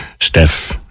Steph